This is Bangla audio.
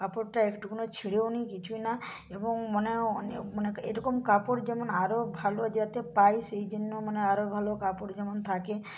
কাপড়টা একটুকুনো ছেঁড়েও নি কিছুই না এবং মনে হয় অনেক মানে এরকম কাপড় যেমন আরো ভালো যাতে পাই সেই জন্য মানে আরো ভালো কাপড় যেমন থাকে